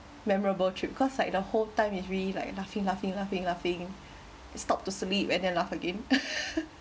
memorable trip cause like the whole time is really like laughing laughing laughing laughing stopped to sleep and then laugh again